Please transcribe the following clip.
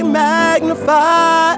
magnify